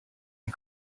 and